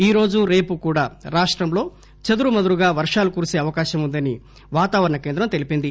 ఈరోజు రేపు కూడా రాష్టంలో చెదురుమదురుగా వర్షాలు కురిసే అవకాశం వుందని వాతావరణ కేంద్రం తెలిపింది